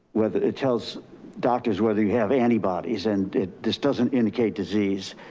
whether it tells doctors, whether you have antibodies and it just doesn't indicate disease.